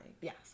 Yes